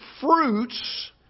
fruits